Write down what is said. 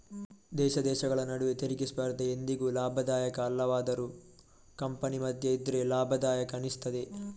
ದೇಶ ದೇಶಗಳ ನಡುವೆ ತೆರಿಗೆ ಸ್ಪರ್ಧೆ ಎಂದಿಗೂ ಲಾಭದಾಯಕ ಅಲ್ಲವಾದರೂ ಕಂಪನಿ ಮಧ್ಯ ಇದ್ರೆ ಲಾಭದಾಯಕ ಅನಿಸ್ತದೆ